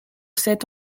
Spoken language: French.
sept